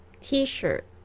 T-shirt